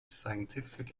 scientific